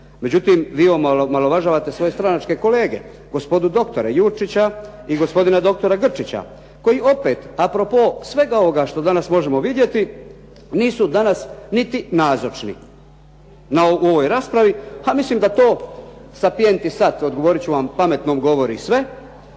međutim vi omalovažavate svoje stranačke kolege, gospodu doktora Jurčića i gospodina doktora Grčića. Koji opet a propos svega ovoga što danas možemo vidjeti nisu danas niti nazočni na ovoj raspravi a mislim da … /Govornik se ne razumije. /… odgovoriti ću vam pametno on govori sve,